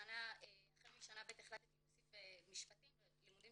החל משנה ב' החלטתי להוסיף משפטים ללימודים